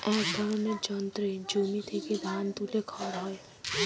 এক ধরনের যন্ত্রে জমি থেকে ধান তুলে খড় হয়